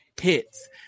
hits